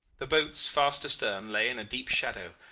the boats, fast astern, lay in a deep shadow,